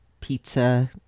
pizza